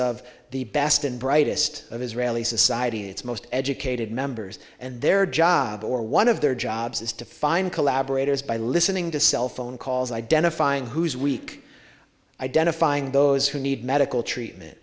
of the best and brightest of israeli society its most educated members and their job or one of their jobs is to find collaborators by listening to cell phone calls identifying who's weak identifying those who need medical treatment